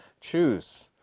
choose